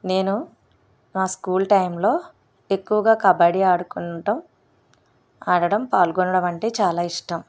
నేను నా స్కూల్ టైంలో ఎక్కువగా కబడ్డీ ఆడుకుండటం ఆడడం పాల్గొనడం అంటే చాలా ఇష్టం